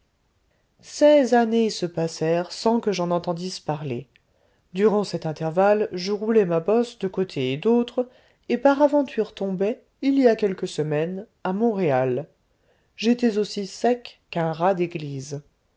seize années se passèrent sans que j'en entendisse parler durant cet intervalle je roulai ma bosse de côté et d'autre et par aventure tombai il y a quelques semaines à montréal j'étais aussi sec qu'un rat d'église